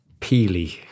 peely